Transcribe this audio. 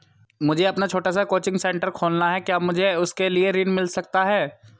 मुझे अपना छोटा सा कोचिंग सेंटर खोलना है क्या मुझे उसके लिए ऋण मिल सकता है?